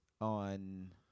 on